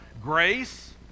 grace